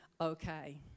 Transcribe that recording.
okay